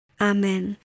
Amen